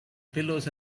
pillows